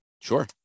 sure